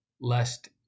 lest